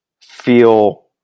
feel